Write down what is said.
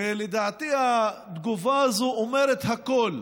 ולדעתי התגובה הזאת אומרת הכול,